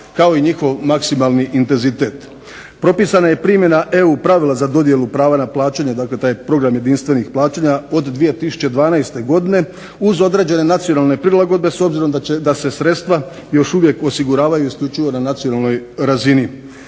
kao i njihov maksimalni intenzitet. Propisana je primjena EU pravila za dodjelu prava na plaćanje, dakle taj program jedinstvenih plaćanja od 2012. godine uz određene nacionalne prilagodbe s obzirom da se sredstva još uvijek osiguravaju isključivo na nacionalnoj razini.